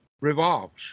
revolves